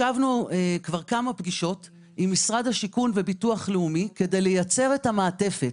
ישבנו מספר פגישות עם משרד השיכון וביטוח לאומי כדי לייצר את המעטפת.